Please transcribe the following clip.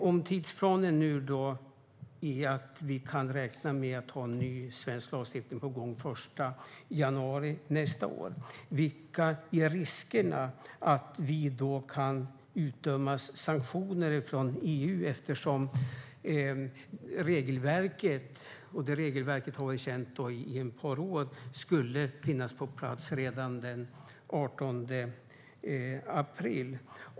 Om tidsplanen nu är att vi kan räkna med att ha en ny svensk lagstiftning den 1 januari nästa år, vilka är då riskerna att vi kan utdömas sanktioner från EU eftersom regelverket - och regelverket har vi känt till i ett par år - skulle finnas på plats redan den 18 april?